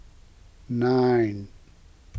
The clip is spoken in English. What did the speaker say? nine